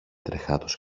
τρεχάτος